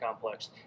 complex